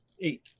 eight